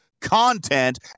content